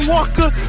Walker